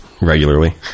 regularly